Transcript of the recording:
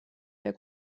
der